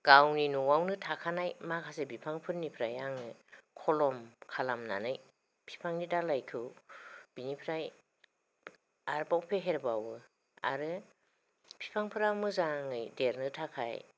गावनि न'आवनो थाखानाय माखासे बिफांफोरनिफ्राय आङो खलम खालामनानै बिफांनि दालाइखौ बिनिफ्राय आरोबाव फेहेर बावो आरो बिफांफोरा मोजाङै देरनो थाखाय